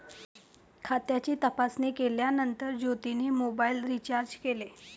खात्याची तपासणी केल्यानंतर ज्योतीने मोबाइल रीचार्ज केले